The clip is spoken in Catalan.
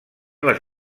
les